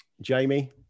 Jamie